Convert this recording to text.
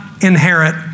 inherit